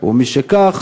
ומשכך,